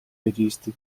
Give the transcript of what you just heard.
registri